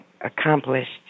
accomplished